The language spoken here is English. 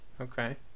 Okay